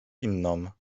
inną